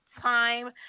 Time